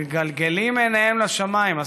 מגלגלים עיניהם לשמיים.